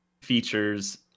features